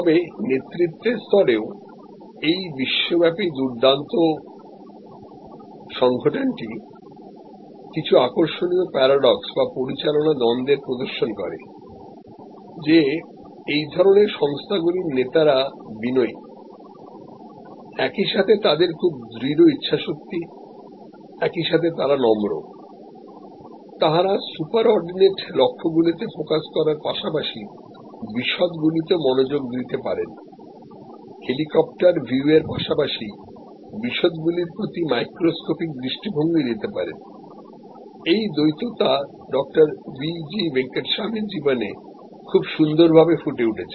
তবে নেতৃত্বের স্তরেও এই বিশ্বব্যাপী দুর্দান্ত সংগঠনটি কিছু আকর্ষণীয় প্যারাডক্স বা পরিচালনা দ্বন্দ্বের প্রদর্শন করে যে এই ধরনের সংস্থাগুলির নেতারাবিনয়ী একই সাথে তাদের খুব দৃঢ় ইচ্ছাশক্তি একই সাথে তারা নম্রতাহারা সুপার অর্ডিনেট লক্ষ্যগুলিতে ফোকাস করার পাশাপাশি বিশদগুলিতে মনোযোগদিতে পারেন হেলিকপ্টার ভিউর পাশাপাশি বিশদগুলির প্রতি মাইক্রোস্কোপিক দৃষ্টিভঙ্গি দিতে পারেন এই দ্বৈততা ডাঃ ভিজি ভেঙ্কটস্বামীরজীবনে খুব সুন্দরভাবে ফুটে উঠেছে